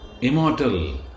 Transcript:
immortal